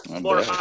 More